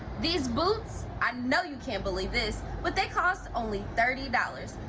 these boots, i know you can't believe this, but they cost only thirty dollars.